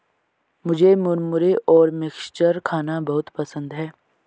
मुझे मुरमुरे और मिक्सचर खाना बहुत पसंद है